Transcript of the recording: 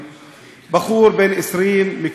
בחור בן 20 מכפר כאבול.